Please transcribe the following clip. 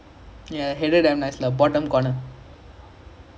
like menu I think Manchester United Arsenal the worst